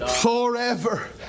forever